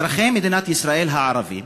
אזרחי מדינת ישראל הערבים